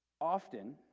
often